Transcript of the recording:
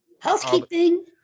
Housekeeping